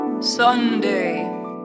Sunday